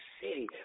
city